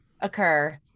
occur